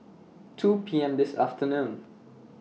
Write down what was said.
two P M This afternoon